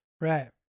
Right